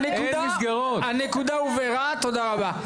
הנקודה הובהרה, תודה רבה.